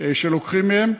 שלוקחים מהם.